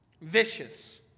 vicious